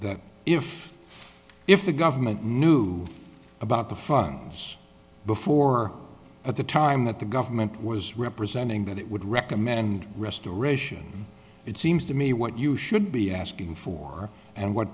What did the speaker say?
that if if the government knew about the files before at the time that the government was representing that it would recommend restoration it seems to me what you should be asking for and what